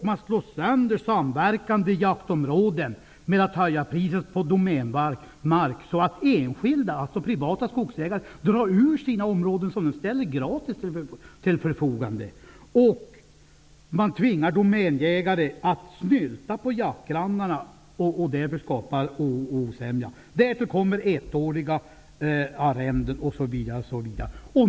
Man slår sönder samverkande jaktområden genom att höja priset på domänmark så att enskilda -- alltså privata -- skogsägare drar ur sina områden som de gratis ställer till förfogande. Man tvingar domänjägare att snylta på jaktgrannarna. Därigenom skapas osämja och därigenom blir det ettåriga arrenden osv.